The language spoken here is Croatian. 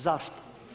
Zašto?